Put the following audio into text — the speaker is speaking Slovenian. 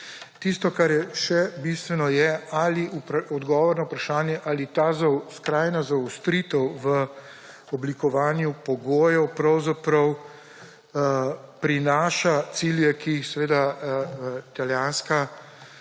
Tisto, kar je še bistveno, je odgovor na vprašanje, ali ta skrajna zaostritev v oblikovanju pogojev pravzaprav prinaša cilje, ki jih seveda italijanska